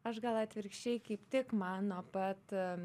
aš gal atvirkščiai kaip tik man nuo pat